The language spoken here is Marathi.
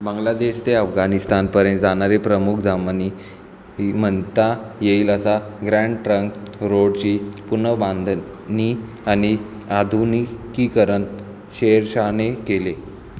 बांगलादेश ते अफगानिस्तानपर्यंत जाणारी प्रमुख धमनी म्हणता येईल असा ग्रँड ट्रंक रोडची पुनर्बांधणी आणि आधुनिकीकरण शेरशाहने केले